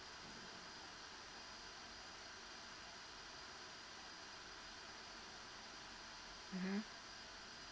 mmhmm